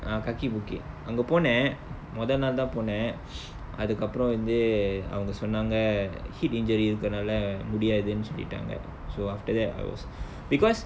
ah kaki bukit அங்க போன மொதல் நாள்தா போன:anga pona mothal naalthaa pona அதுக்கு அப்புறம் வந்து அவங்க சொன்னாங்க:athukki appuram vanthu avanga sonnaanga heat injury இருக்குறனாலே முடியாதுன்னு சொல்லிட்டாங்க:irukkuranaala mudiyaathunu sollitaanga so after that I was because